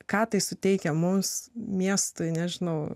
ką tai suteikia mums miestui nežinau